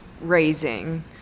raising